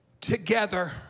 Together